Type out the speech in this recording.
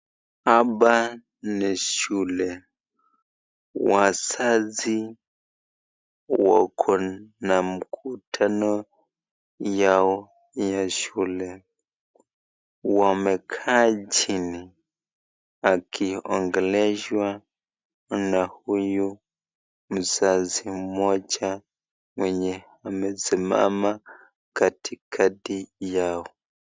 Hapa ni shule wazazi wako na mkutano yao ya shule. Wamekaa jini akiongeleshwa na huyu mzazi mmoja mwenye amesimama katikati yao.